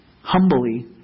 humbly